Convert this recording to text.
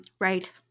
right